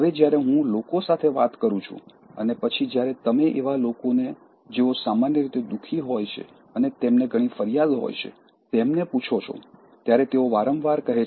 હવે જ્યારે હું લોકો સાથે વાત કરું છું અને પછી જ્યારે તમે એવા લોકોને જેઓ સામાન્ય રીતે દુખી હોય છે અને તેમને ઘણી ફરિયાદો હોય છે તેમને પૂછો છો ત્યારે તેઓ વારંવાર કહે છે